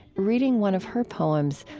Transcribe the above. reading one of her poems,